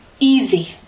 easy